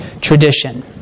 tradition